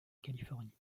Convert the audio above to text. californie